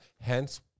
Hence